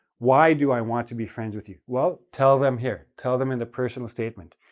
why do i want to be friends with you? well, tell them here. tell them in the personal statement.